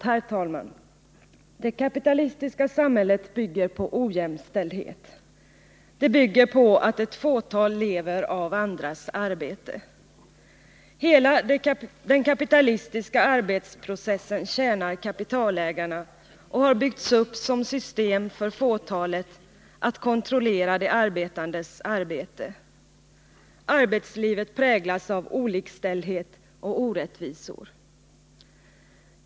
Herr talman! ”Det kapitalistiska samhället bygger på ojämställdhet, det bygger på att ett fåtal lever av andras arbete. Hela den kapitalistiska arbetsprocessen tjänar kapitalägarna och har byggts upp som system för fåtalet att kontrollera de arbetandes arbete. Arbetslivet präglas av olikställighet och orättvisor.